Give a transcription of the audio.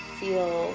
feel